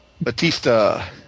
Batista